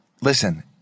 Listen